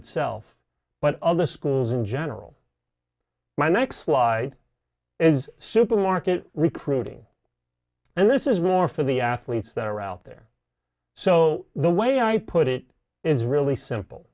itself but other schools in general my next slide is supermarket recruiting and this is more for the athletes that are out there so the way i put it is really simple